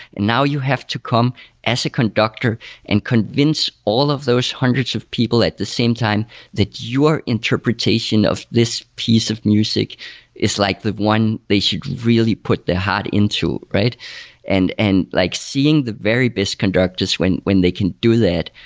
now you have to come as a conductor and convince all of those hundreds of people at the same time that your interpretation of this piece of music is like the one they should really put their heart into. and and like seeing the very best conductors when when they can do that,